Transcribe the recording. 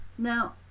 Now